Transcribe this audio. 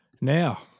Now